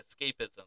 escapism